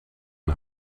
een